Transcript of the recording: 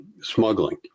smuggling